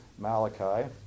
Malachi